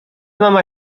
mama